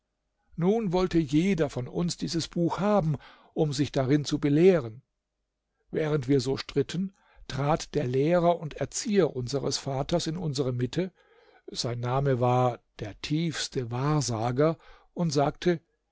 nun wollte jeder von uns dieses buch haben um sich darin zu belehren während wir so stritten trat der lehrer und erzieher unseres vaters in unsere mitte sein name war der tiefste wahrsager und sagte